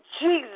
Jesus